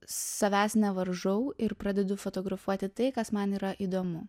savęs nevaržau ir pradedu fotografuoti tai kas man yra įdomu